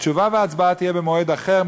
התשובה וההצבעה יהיו במועד אחר.